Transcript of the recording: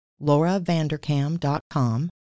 lauravandercam.com